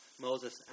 Moses